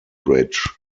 bridge